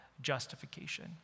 justification